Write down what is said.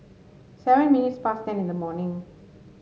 seven minutes past ten in the morning